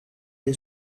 was